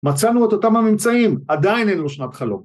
‫מצאנו את אותם הממצאים, ‫עדיין אין לו שינת חלום.